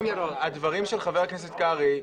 הדברים של חבר הכנסת קרעי.